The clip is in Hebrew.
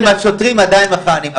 הוא שאל אם השוטרים עדיין מכהנים,